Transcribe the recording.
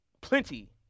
Plenty